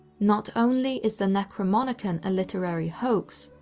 not only is the necronomicon a literary hoax,